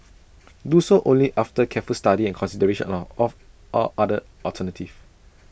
do so only after careful study and consideration are of all other alternatives